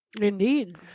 Indeed